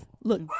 Look